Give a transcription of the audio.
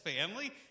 family